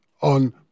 on